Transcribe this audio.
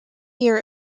year